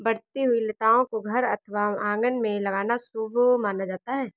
बढ़ती हुई लताओं को घर अथवा आंगन में लगाना शुभ माना जाता है